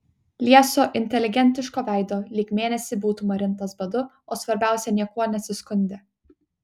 lieso inteligentiško veido lyg mėnesį būtų marintas badu o svarbiausia niekuo nesiskundė